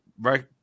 right